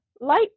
light